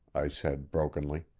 i said brokenly.